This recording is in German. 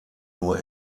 nur